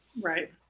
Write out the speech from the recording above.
Right